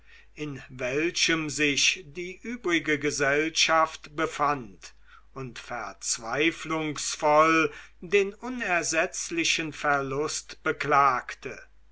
in welchem sich die übrige gesellschaft befand und verzweiflungsvoll den unersetzlichen verlust beklagte